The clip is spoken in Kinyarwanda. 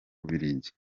bubiligi